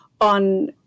on